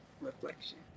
reflection